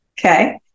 okay